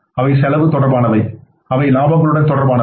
அவை செலவு தொடர்பானவை அவை இலாபங்களுடன் தொடர்புடையவை